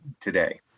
today